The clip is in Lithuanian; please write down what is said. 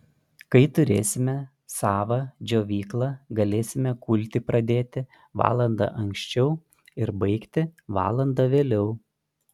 kai turėsime savą džiovyklą galėsime kulti pradėti valanda anksčiau ir baigti valanda vėliau